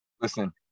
Listen